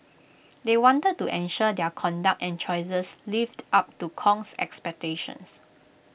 they wanted to ensure their conduct and choices lived up to Kong's expectations